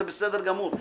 זה בסדר גמור,